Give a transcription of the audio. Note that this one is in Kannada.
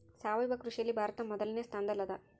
ಸಾವಯವ ಕೃಷಿಯಲ್ಲಿ ಭಾರತ ಮೊದಲನೇ ಸ್ಥಾನದಲ್ಲಿ ಅದ